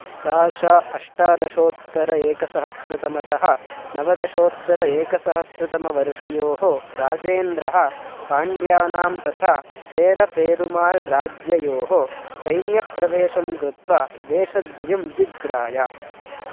सा श अष्टादशोत्तर एकसहस्रतमतः नवदशोत्तर एकसहस्रतमवर्षयोः राजेन्द्रः पाण्ड्यानां तथा चेरपेरुमाळ् राज्ययोः सैन्यप्रवेशं कृत्वा देशद्वयं जिज्राय